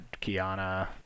Kiana